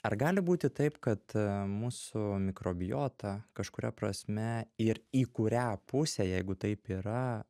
ar gali būti taip kad mūsų mikrobiota kažkuria prasme ir į kurią pusę jeigu taip yra